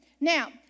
Now